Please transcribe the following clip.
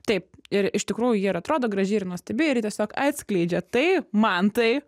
taip ir iš tikrųjų ji ir atrodo graži ir nuostabiir ji tiesiog atskleidžia tai mantai